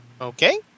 Okay